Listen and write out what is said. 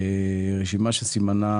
רשימה שסימנה